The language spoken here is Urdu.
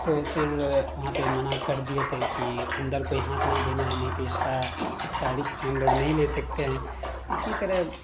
تو پھر وہاں پہ منع کر دیئے تھے کہ اندر کوئی ہاتھ نہیں دینا ہے نہیں تو اس کا اس کا رسک ہم لوگ نہیں لے سکتے ہیں اسی طرح